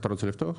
אתה רוצה לפתוח?